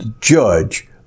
judge